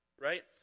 right